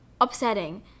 upsetting